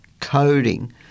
coding